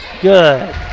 good